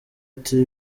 ati